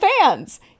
fans